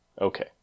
Okay